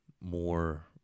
more